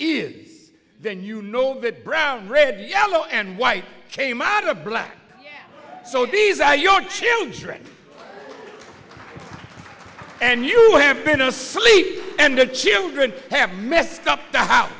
is then you know that brown red yellow and white came out of black so these are your children and you sleep and the children have messed up the house